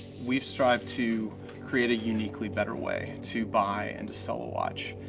we strive to create a uniquely better way to buy and to sell a watch,